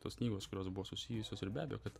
tos knygos kurios buvo susijusios ir be abejo kad